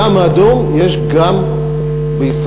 ים אדום יש גם בישראל,